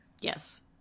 Yes